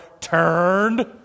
turned